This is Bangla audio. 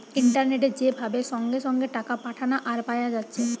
ইন্টারনেটে যে ভাবে সঙ্গে সঙ্গে টাকা পাঠানা আর পায়া যাচ্ছে